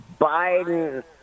Biden